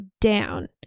down